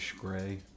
gray